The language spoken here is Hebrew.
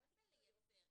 מה זה לייצר?